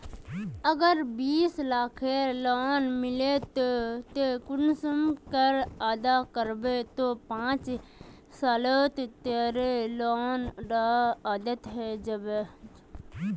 अगर बीस लाखेर लोन लिलो ते ती कुंसम करे अदा करबो ते पाँच सालोत तोर लोन डा अदा है जाबे?